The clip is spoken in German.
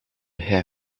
herr